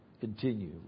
continue